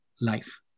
life